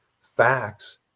facts